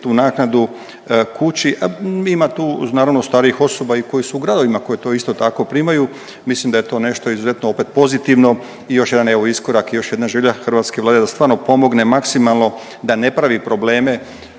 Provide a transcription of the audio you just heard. tu naknadu kući ima tu naravno starijih osoba i koje su u gradovima koje to isto tako primaju. Mislim da je to nešto izuzetno opet pozitivno i još jedan evo iskorak, još jedna želja hrvatske Vlade da stvarno pomogne maksimalno, da ne pravi probleme